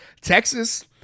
Texas